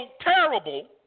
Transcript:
terrible